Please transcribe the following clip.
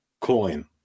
coin